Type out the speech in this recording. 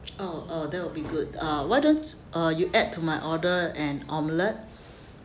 oh uh that will be good uh why don't uh you add to my order an omelette